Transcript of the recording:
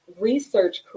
research